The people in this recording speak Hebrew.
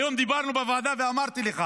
היום דיברנו בוועדה ואמרתי לך